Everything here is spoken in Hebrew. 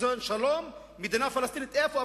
רצון לשלום, מדינה פלסטינית, איפה?